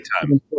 time